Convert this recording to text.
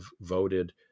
voted